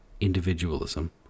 individualism